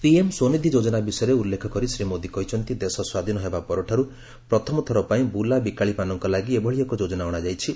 PM Svanidhi ଯୋଜନା ବିଷୟରେ ଉଲ୍ଲେଖ କରି ଶ୍ରୀ ମୋଦୀ କହିଛନ୍ତି ଦେଶ ସ୍ୱାଧୀନ ହେବା ପରଠାରୁ ପ୍ରଥମଥର ପାଇଁ ବୁଲାବିକାଳିମାନଙ୍କ ଲାଗି ଏଭଳି ଏକ ଯୋଜନା ଅଣାଯାଇଛି